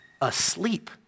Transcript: asleep